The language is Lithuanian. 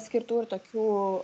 skirtų ir tokių